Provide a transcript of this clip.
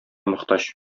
мохтаҗ